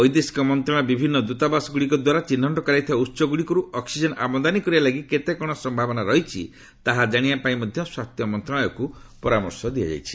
ବୈଦେଶିକ ମନ୍ତ୍ରଣାଳୟର ବିଭିନ୍ନ ଦୂତାବାସ ଗୁଡ଼ିକ ଦ୍ୱାରା ଚିହ୍ନଟ କରାଯାଇଥିବା ଉସ ଗୁଡ଼ିକରୁ ଅକ୍ନିଜେନ୍ ଆମଦାନୀ କରିବା ଲାଗି କେତେ କ'ଣ ସମ୍ଭାବନା ରହିଛି ତାହା ଜାଣିବା ପାଇଁ ମଧ୍ୟ ସ୍ୱାସ୍ଥ୍ୟ ମନ୍ତ୍ରଣାଳୟକୁ କୁହାଯାଇଛି